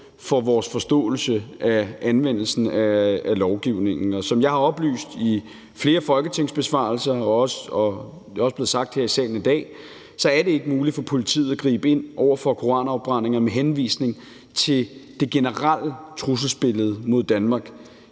for vores forståelse af anvendelsen af lovgivningen. Som jeg har oplyst i flere folketingsbesvarelser, og det er også blevet sagt her i salen i dag, er det ikke muligt for politiet at gribe ind over for koranafbrændinger med henvisning til det generelle trusselsbillede mod Danmark,